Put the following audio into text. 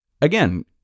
again